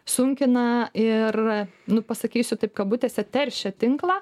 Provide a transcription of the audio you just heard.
sunkina ir nu pasakysiu taip kabutėse teršia tinklą